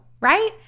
right